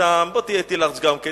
בוא תהיה לארג' גם אתי.